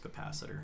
capacitor